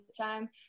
time